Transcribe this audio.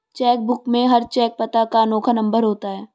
check book में हर cheque पता का अनोखा नंबर होता है